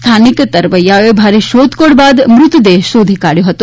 સ્થાનિક તરવૈયાએ ભારે શોધખોળ બાદ મૃતદેહ શોધી કાઢ્યો હતો